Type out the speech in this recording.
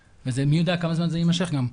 ומי יודע כמה זמן זה יימשך גם.